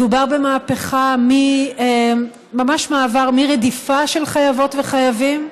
מדובר במהפכה, ממש מעבר מרדיפה של חייבות וחייבים,